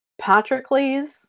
Patrocles